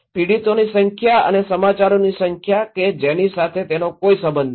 પીડિતોની સંખ્યા અને સમાચારોની સંખ્યા કે જેની સાથે તેમનો કોઈ સંબંધ નથી